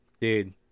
Dude